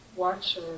Watch